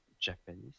Japanese